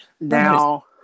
Now